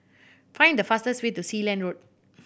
find the fastest way to Sealand Road